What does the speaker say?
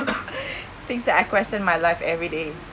things that I question my life every day